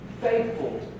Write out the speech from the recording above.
Faithful